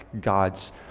God's